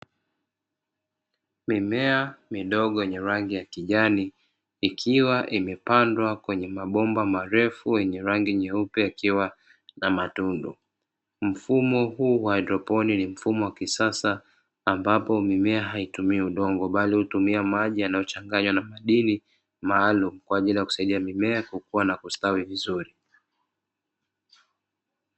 Mimea midogo yenye rangi ya kijani, ikiwa imepandwa kwenye mabomba marefu yenye rangi nyeupe yakiwa na matundu. Mfumo huu wa haidroponi ni mfumo wa kisasa, ambapo mimea haitumii udongo bali inatumia maji yanayochanganywa na madini maalumu, kwa ajili ya kusaidia mimea kukua na kustawi vizuri.